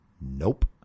Nope